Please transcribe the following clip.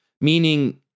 meaning